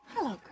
Hello